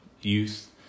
youth